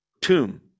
tomb